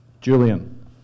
Julian